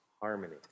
harmony